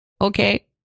Okay